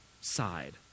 side